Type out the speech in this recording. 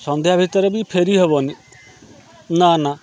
ସନ୍ଧ୍ୟା ଭିତରେ ବି ଫେରି ହେବନି ନା ନା